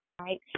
right